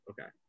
Okay